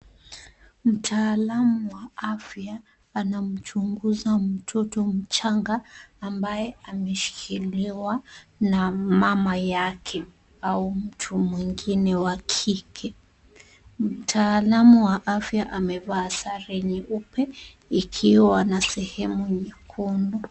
Mtaalamu wa afya, anamchunguza mtoto mchanga ambaye ameshikiliwa na mama yake au mtu mwingine wa kike. Mtaalamu wa afya amevaa sare nyeupe, ikiwa na sehemu nyekundu.